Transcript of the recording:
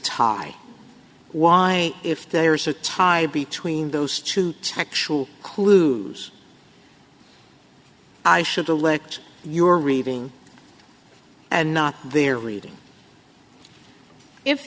tie why if they are so tied between those two textual clues i should elect you are reading and not their reading if